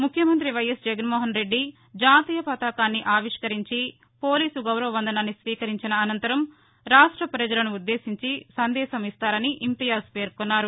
ముఖ్యమంతి వైఎస్ జగన్మోహన్రెడ్డి జాతీయ పతాకాన్ని ఆవిష్యరించి పోలీసు గౌరవ వందనాన్ని స్వీకరించిన అనంతరం రాష్ట ప్రజలను ఉద్దేశించి సందేశం ఇస్తారని ఇంతియాజ్ పేర్కొన్నారు